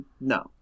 no